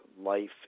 life